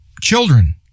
children